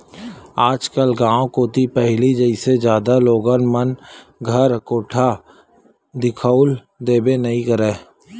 आजकल गाँव कोती पहिली जइसे जादा लोगन मन घर कोठा दिखउल देबे नइ करय